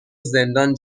زندان